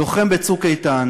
לוחם ב"צוק איתן",